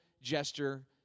gesture